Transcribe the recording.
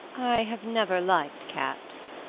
i have never liked cats,